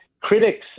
critics